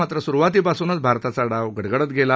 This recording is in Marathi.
मात्र सुरुवातीपासुनच भारताचा डाव गडगडत गेला